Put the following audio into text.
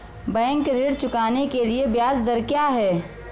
Bank ऋण चुकाने के लिए ब्याज दर क्या है?